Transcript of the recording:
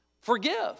forgive